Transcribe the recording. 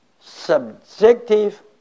subjective